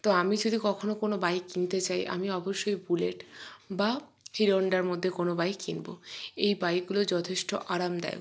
তো আমি যদি কখনও কোনও বাইক কিনতে চাই আমি অবশ্যই বুলেট বা হিরো হন্ডার মধ্যে কোনও বাইক কিনব এই বাইকগুলো যথেষ্ট আরামদায়ক